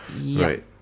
Right